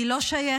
היא לא שייכת,